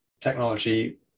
technology